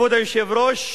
כבוד היושב-ראש,